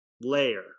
layer